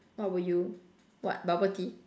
what would you what bubble-tea